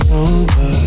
over